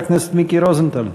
חבר הכנסת מיקי רוזנטל.